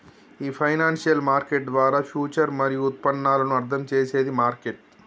ఈ financial market ద్వారా future మరియు ఉత్పన్నాలను అర్థం చేసేది మార్కెట్